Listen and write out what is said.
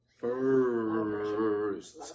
First